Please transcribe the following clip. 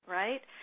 right